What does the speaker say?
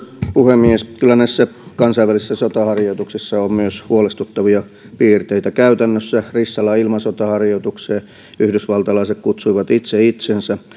puhemies kyllä näissä kansainvälisissä sotaharjoituksissa on myös huolestuttavia piirteitä käytännössä rissalan ilmasotaharjoitukseen yhdysvaltalaiset kutsuivat itse itsensä